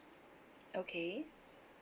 okay